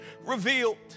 revealed